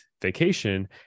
vacation